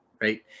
right